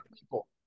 people